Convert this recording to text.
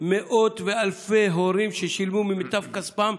מאות ואלפי הורים ששילמו ממיטב כספם,